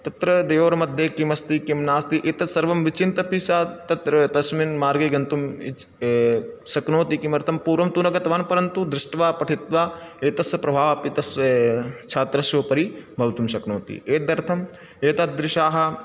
तत्र द्वयोर्मघ्ये किमस्ति किं नास्ति एतत् सर्वं विचिन्त्यपि सः तत्र तस्मिन् मार्गे गन्तुम् इच् शक्नोति किमर्थं पूर्वं तु न गतवान् परन्तु दृष्ट्वा पठित्वा एतस्य प्रभावम् अपि तस्य छात्रस्य उपरि भवितुं शक्नोति एतदर्थम् एतादृशाः